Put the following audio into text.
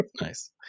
Nice